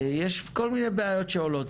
יש כל מיני בעיות שעולות,